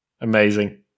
Amazing